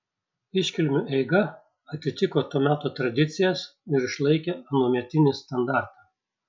iškilmių eiga atitiko to meto tradicijas ir išlaikė anuometinį standartą